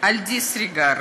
על disregard,